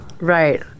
Right